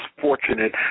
fortunate